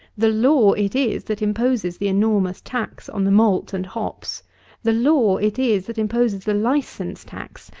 the law it is that imposes the enormous tax on the malt and hops the law it is that imposes the license tax,